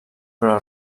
però